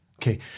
Okay